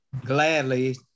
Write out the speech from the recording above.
gladly